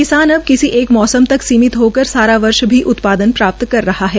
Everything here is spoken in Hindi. किसान अब किसी एक मौसम तक सीमित होकर सारा वर्ष भी उत्पादन प्राप्त कर रहा है